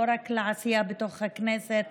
לא רק לעשייה בתוך הכנסת